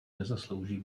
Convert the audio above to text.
nezaslouží